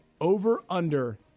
over-under